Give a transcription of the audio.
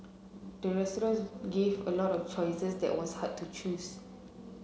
the restaurant gave a lot of choices that was hard to choose